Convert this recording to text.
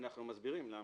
אנחנו מסבירים למה.